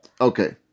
Okay